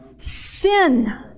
Sin